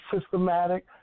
systematic